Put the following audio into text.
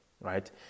right